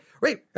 right